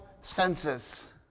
senses